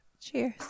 Cheers